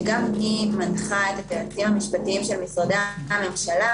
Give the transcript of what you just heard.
שגם היא מנחה את היועצים המשפטיים של משרדי הממשלה,